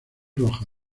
roja